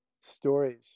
stories